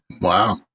Wow